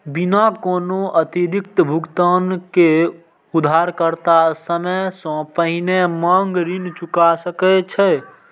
बिना कोनो अतिरिक्त भुगतान के उधारकर्ता समय सं पहिने मांग ऋण चुका सकै छै